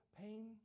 pain